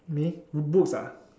me books ah